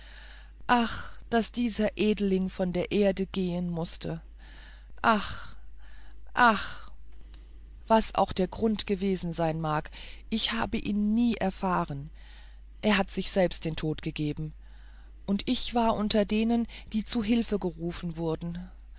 ach daß dieser edeling von der erde gehen mußte ach ach was auch der grund gewesen sein mag ich habe ihn nie erfahren er hat sich selbst den tod gegeben und ich war unter denen die zu hilfe gerufen wurden